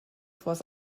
vors